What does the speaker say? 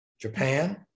japan